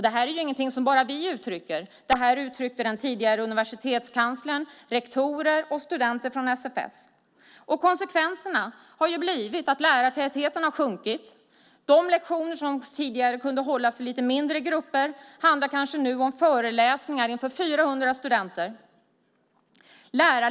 Det här är ingenting som bara vi uttrycker. Det här uttrycker den tidigare universitetskanslern, rektorer och studenter från SFS. Konsekvensen har blivit att lärartätheten har sjunkit. Tidigare kunde lektioner hållas i lite mindre grupper. Nu handlar det kanske om föreläsningar inför 400 studenter.